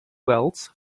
wells